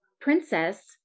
Princess